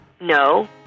No